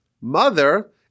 mother